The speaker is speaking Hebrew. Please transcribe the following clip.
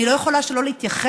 אני לא יכולה שלא להתייחס